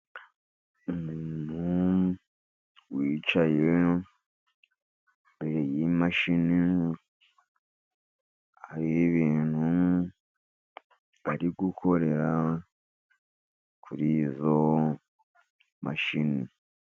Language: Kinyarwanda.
Umuntu wicaye imbere y'imashini, hari ibintu ari gukorera kuri izo mashini.